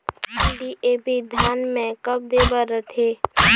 DAP धान मे कब दे बर रथे?